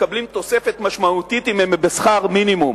מקבלים תוספת משמעותית אם הם מקבלים שכר מינימום.